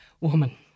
woman